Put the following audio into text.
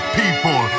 people